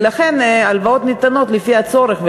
ולכן הלוואות ניתנות לפי הצורך,